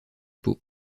pau